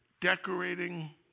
decorating